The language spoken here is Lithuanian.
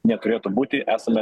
neturėtų būti esame